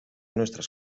nuestras